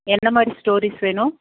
என்ன மாதிரி ஸ்டோரீஸ் வேணும்